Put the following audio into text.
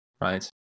right